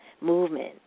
movement